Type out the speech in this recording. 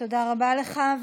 תודה רבה לך.